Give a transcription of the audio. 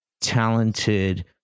talented